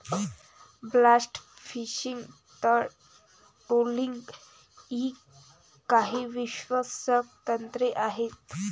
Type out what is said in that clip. blast fishing, तळ trawling इ काही विध्वंसक तंत्रे आहेत